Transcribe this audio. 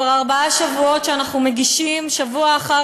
כבר ארבעה שבועות שאנחנו מגישים שבוע אחר